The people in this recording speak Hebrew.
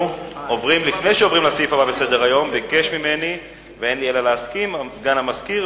לפני שעוברים לסעיף הבא בסדר-היום ביקש ממני סגן המזכיר,